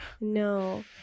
no